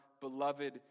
beloved